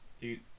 Dude